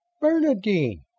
Bernadine